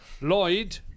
Lloyd